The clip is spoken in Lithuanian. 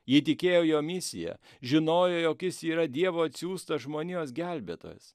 ji tikėjo jo misija žinojo jog jis yra dievo atsiųstas žmonijos gelbėtojas